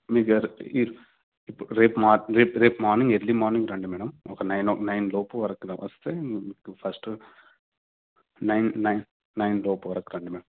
మీకెర్ ఇర్ ఇప్ రేప్ మార్న్ రేపు రేపు మార్నింగ్ ఎర్లీ మార్నింగ్ రండి మ్యాడమ్ ఒక నైన్ ఓ నైన్ లోపు వరకు వస్తే ఫస్ట్ నైన్ నైన్ నైన్ లోపు వరకు రండి మ్యాడమ్